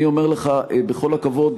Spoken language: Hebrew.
אני מדבר על החיים עצמם.